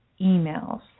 emails